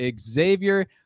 Xavier